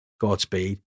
Godspeed